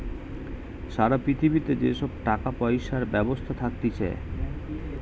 সারা পৃথিবীতে যে সব টাকা পয়সার ব্যবস্থা থাকতিছে